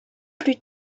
plus